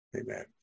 Amen